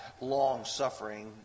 long-suffering